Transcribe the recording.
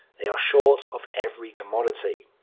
they are short of every commodity.